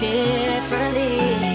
differently